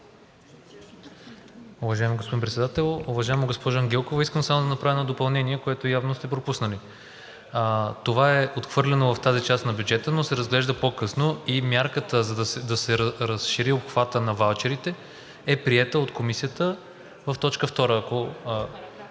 Уважаеми господин Председател, уважаема госпожо Ангелкова! Искам само да направя едно допълнение, което явно сте пропуснали. Това е отхвърлено в тази част на бюджета, но се разглежда по-късно. Мярката, за да се разшири обхватът на ваучерите, е приета от Комисията в т. 2 на